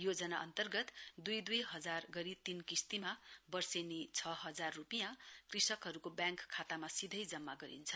योजना अन्तर्गत दुई दुई हजार गरी तीन किश्तीमा वर्षौनी छ हजार रूपियाँ कृषकहरूको ब्याङ्क खातामा सीधैं जना गरिन्छ